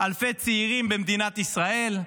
אלפי צעירים במדינת ישראל.